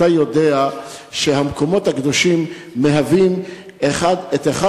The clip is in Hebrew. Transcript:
אתה יודע שהמקומות הקדושים מהווים את אחד